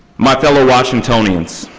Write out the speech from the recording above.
my fellow washingtonians.